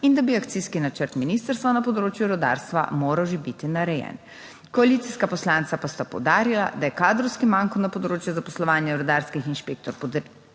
In da bi akcijski načrt ministrstva na področju rudarstva moral že biti narejen. Koalicijska poslanca pa sta poudarila, da je kadrovski manko na področju zaposlovanja rudarskih inšpektorjev potrebno